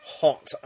hot